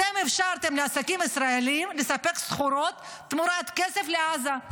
אתם אפשרתם לעסקים ישראליים לספק סחורות תמורת כסף לעזה,